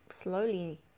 slowly